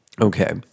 Okay